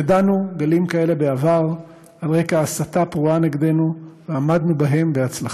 ידענו גלים כאלה בעבר על רקע הסתה פרועה נגדנו ועמדנו בהם בהצלחה.